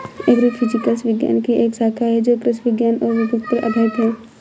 agrophysics विज्ञान की एक शाखा है जो कृषि विज्ञान और भौतिकी पर आधारित है